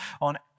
on